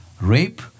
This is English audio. rape